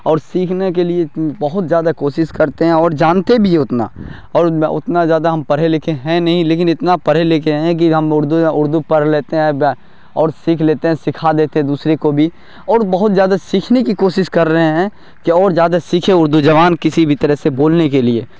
اور سیکھنے کے لیے بہت زادہ کوشش کرتے ہیں اور جانتے بھی اتنا اور میں اتنا جادہ ہم پڑھے لکھے ہیں نہیں لیکن اتنا پڑھے لکھے ہیں کہ ہم اردو اردو پڑھ لیتے ہیں اور سیکھ لیتے ہیں سکھا دیتے دوسرے کو بھی اور بہت زادہ سیکھنے کی کوشش کر رہے ہیں کہ اور زادہ سیکھیں اردو زبان کسی بھی طرح سے بولنے کے لیے